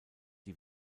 die